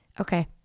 Okay